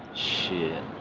shit.